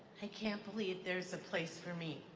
i can't believe there's a place for me.